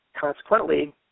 consequently